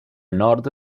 nord